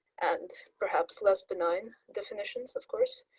and perhaps lest benign definitions of course,